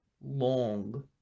long